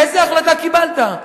איזה החלטה קיבלת?